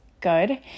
good